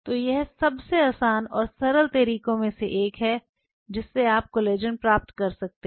तो यह सबसे आसान और सरल तरीकों में से एक है जिससे आप कोलेजन प्राप्त कर सकते हैं